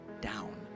down